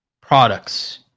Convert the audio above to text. products